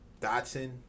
Dotson